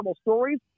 stories